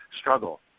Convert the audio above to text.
struggle